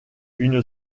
une